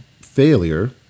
failure